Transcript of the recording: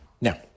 now